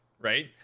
right